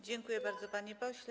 Dziękuję bardzo, panie pośle.